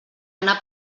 anar